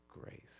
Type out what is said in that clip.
grace